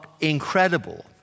incredible